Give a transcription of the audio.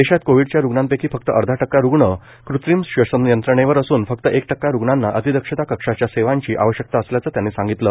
देशात कोविडच्या रुग्णांपैकी फक्त अर्धा टक्का रुग्ण कृत्रिम श्वसनयंत्रणेवर असून फक्त एक टक्का रुग्णांना अतिदक्षता कक्षाच्या सेवांची आवश्यकता असल्याचं त्यांनी सांगितलं